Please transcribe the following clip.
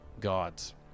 gods